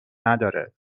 نداره